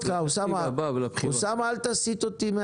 בעוונותינו יש בשנה שלושה עד ארבעה תינוקות שנפטרים עקב שכחת ילדים